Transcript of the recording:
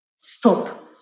stop